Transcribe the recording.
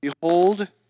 Behold